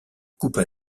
coupa